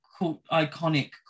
iconic